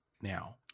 now